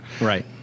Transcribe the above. Right